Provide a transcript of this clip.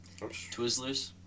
Twizzlers